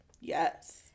Yes